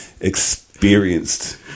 experienced